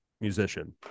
musician